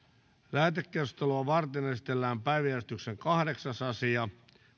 lähetekeskustelua varten esitellään päiväjärjestyksen kahdeksas asia